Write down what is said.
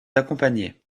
accompagnait